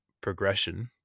progression